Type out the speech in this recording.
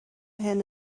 hyn